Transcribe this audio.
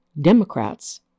Democrats